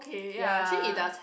ya